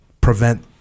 prevent